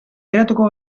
geratuko